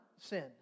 sin